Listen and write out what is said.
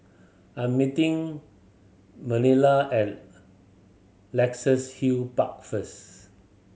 I'm meeting Manilla at Luxus Hill Park first